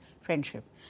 friendship